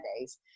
days